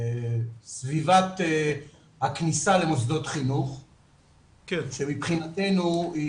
סביבת הכניסה למוסדות חינוך שמבחינתנו היא